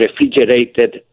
refrigerated